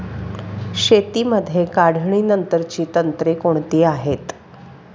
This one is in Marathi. शेतीमध्ये काढणीनंतरची तंत्रे कोणती आहेत?